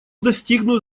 достигнут